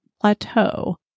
plateau